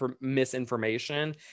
misinformation